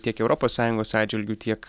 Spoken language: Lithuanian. tiek europos sąjungos atžvilgiu tiek